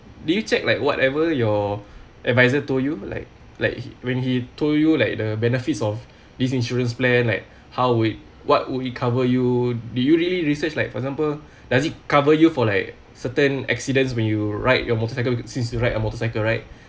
do you check like whatever your adviser told you like like when he told you like the benefits of these insurance plan like how would what would it cover you do you really research like for example does it cover you for like certain accidents when you ride your motorcycle since you ride a motorcycle right